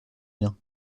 miens